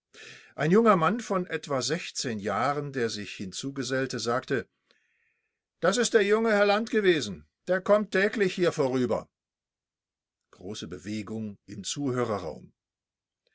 ein junger mann von etwa sechzehn jahren der sich hinzugesellte sagte das ist der junge herr land gewesen der kommt täglich hier vorüber